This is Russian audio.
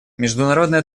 международная